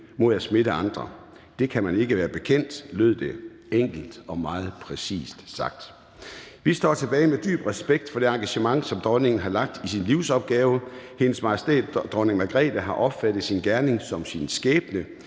mod at smitte andre. »Det kan man ikke være bekendt«, lød det – enkelt og meget præcist sagt. Vi står tilbage med dyb respekt for det engagement, som dronningen har lagt i sin livsopgave. Hendes Majestæt Dronning Margrethe har opfattet sin gerning som sin skæbne.